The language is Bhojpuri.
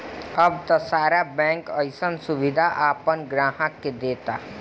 अब त सारा बैंक अइसन सुबिधा आपना ग्राहक के देता